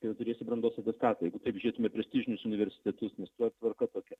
jau turėsi brandos atestatą jeigu taip žiūrėtume prestižinius universitetus nes tva tvarka tokia